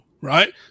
right